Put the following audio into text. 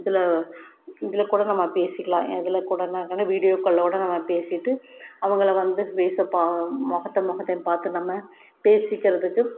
இதில் இதில் கூட நம்ம பேசிக்கலாம் எதில் கூடனாங்கன்னா விடியோகாலில் கூட நம்ம பேசிகிட்டு அவங்களை வந்து ஃபேஸ்ஸை பா முகத்த முகத்தயும் பார்த்து நம்ம பேசிக்கிறதுக்கு